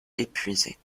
épuisés